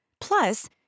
Plus